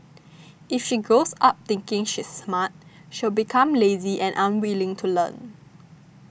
if she grows up thinking she's smart she'll become lazy and unwilling to learn